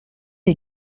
est